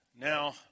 Now